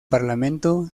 parlamento